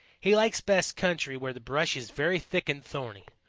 he likes best country where the brush is very thick and thorny,